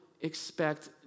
expect